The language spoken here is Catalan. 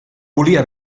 volia